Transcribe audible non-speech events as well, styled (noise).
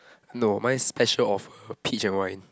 (breath) no mine is special offer peach and wine